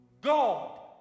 God